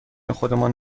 خودمان